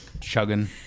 Chugging